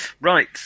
Right